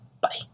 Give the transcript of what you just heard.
Bye